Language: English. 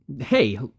Hey